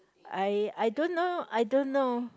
I I don't know I don't know